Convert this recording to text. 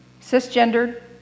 cisgendered